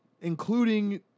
including